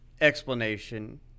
explanation